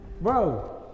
Bro